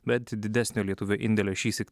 bet didesnio lietuvių indėlio šįsyk